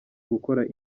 gukorana